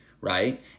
right